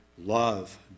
Love